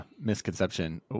misconception